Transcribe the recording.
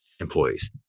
employees